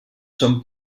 són